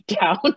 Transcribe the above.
down